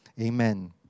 Amen